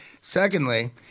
Secondly